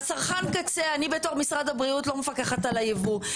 אני בתור משרד הבריאות לא מפקחת על הייבוא.